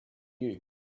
you